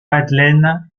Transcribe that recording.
madeleine